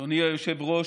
אדוני היושב-ראש,